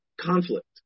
conflict